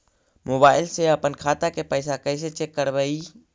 Mobile से अपन खाता के पैसा कैसे चेक करबई?